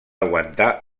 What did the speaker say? aguantar